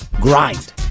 grind